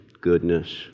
goodness